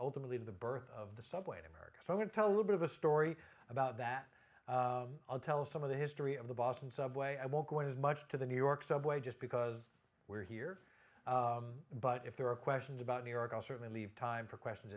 ultimately the birth of the subway to america i would tell a little bit of a story about that i'll tell some of the history of the boston subway i won't go as much to the new york subway just because we're here but if there are questions about new york i'll certainly leave time for questions